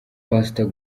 pastor